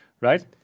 right